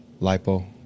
lipo